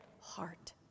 heart